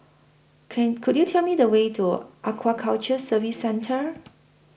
Can Could YOU Tell Me The Way to Aquaculture Services Centre